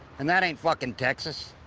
and that ain't fucking texas.